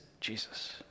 Jesus